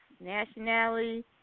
nationality